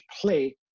play